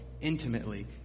intimately